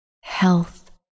health